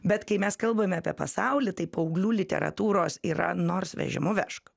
bet kai mes kalbame apie pasaulį tai paauglių literatūros yra nors vežimu vežk